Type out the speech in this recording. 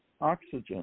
oxygen